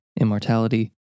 immortality